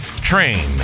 Train